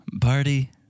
party